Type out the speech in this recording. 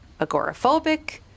agoraphobic